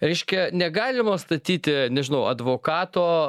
reiškia negalima statyti nežinau advokato